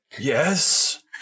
Yes